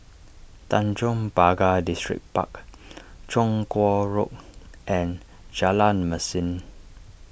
Tanjong Pagar Distripark Chong Kuo Road and Jalan Mesin